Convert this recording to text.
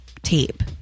Tape